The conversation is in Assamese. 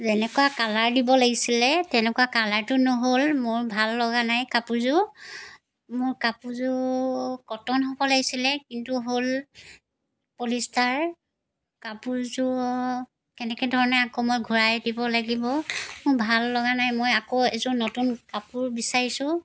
যেনেকুৱা কালাৰ দিব লাগিছিলে তেনেকুৱা কালাৰটো নহ'ল মোৰ ভাল লগা নাই কাপোৰযোৰ মোৰ কাপোৰযোৰ কটন হ'ব লাগিছিলে কিন্তু হ'ল পলিষ্টাৰ কাপোৰযোৰ কেনেকৈ ধৰণে আকৌ মই ঘূৰাই দিব লাগিব মোৰ ভাল লগা নাই মই আকৌ এযোৰ নতুন কাপোৰ বিচাৰিছোঁ